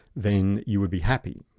then you would be happy,